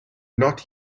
not